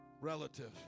Relative